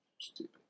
Stupid